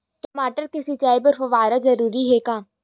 टमाटर के सिंचाई बर फव्वारा जरूरी हे का?